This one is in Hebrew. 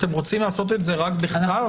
אתם רוצים לעשות את זה רק בכתב?